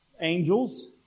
angels